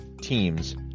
teams